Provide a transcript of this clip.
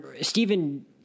Stephen